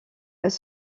elle